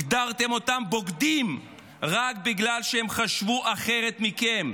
הגדרתם אותם בוגדים רק בגלל שהם חשבו אחרת מכם.